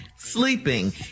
Sleeping